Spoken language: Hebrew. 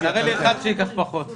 תראה לי אחד שייקח פחות.